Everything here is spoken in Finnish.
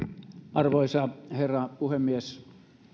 arvoisa herra puhemies